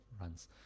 runs